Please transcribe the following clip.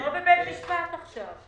לא בבית משפט עכשיו.